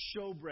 showbread